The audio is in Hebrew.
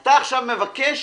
אתה עכשיו מבקש